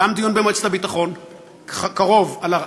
גם הדיון הקרוב במועצת הביטחון על ההצעה